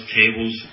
tables